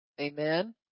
Amen